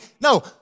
No